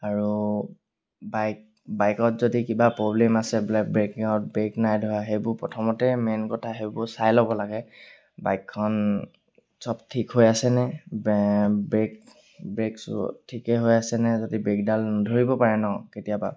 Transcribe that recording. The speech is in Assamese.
আৰু বাইক বাইকত যদি কিবা প্ৰব্লেম আছে বোলে ব্ৰেকিঙত ব্ৰেক নাই ধৰা সেইবোৰ প্ৰথমতে মেইন কথা সেইবোৰ চাই ল'ব লাগে বাইকখন চব ঠিক হৈ আছেনে বে ব্ৰেক ব্ৰেক ঠিকেই হৈ আছেনে যদি ব্ৰেকডাল নধৰিব পাৰে ন কেতিয়াবা